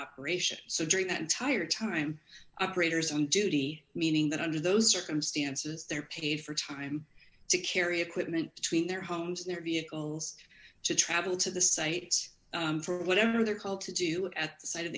operation so during that entire time operators on duty meaning that under those circumstances they're paid for time to carry equipment between their homes and their vehicles to travel to the sites for whatever they're called to do at the site of